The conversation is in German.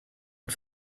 und